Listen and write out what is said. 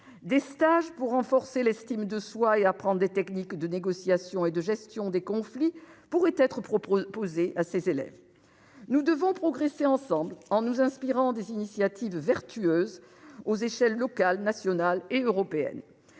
Des stages pour renforcer l'estime de soi et apprendre des techniques de négociation et de gestion des conflits pourraient être proposés à ces élèves. Nous devons progresser ensemble, en nous inspirant des initiatives vertueuses, aux échelles locale, nationale et européenne.